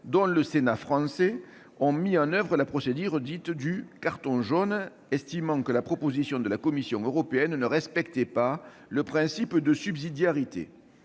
dont le Sénat français, ont mis en oeuvre la procédure dite du « carton jaune », estimant que la proposition de la Commission européenne ne respectait pas le principe de subsidiarité.